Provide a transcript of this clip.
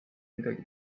midagi